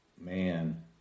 Man